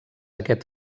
aquest